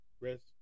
Rest